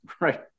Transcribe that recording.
right